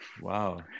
Wow